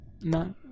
No